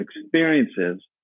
experiences